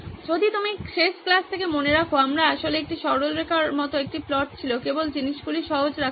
যদি আপনি শেষ ক্লাস থেকে মনে রাখেন আমরা আসলে একটি সরলরেখার মত একটি প্লট ছিল কেবল জিনিসগুলি সহজ রাখার জন্য